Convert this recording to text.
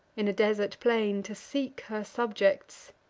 in a desart plain, to seek her subjects,